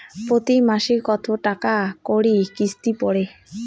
প্রতি মাসে কতো টাকা করি কিস্তি পরে?